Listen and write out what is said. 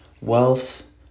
wealth